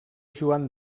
joan